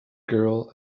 girl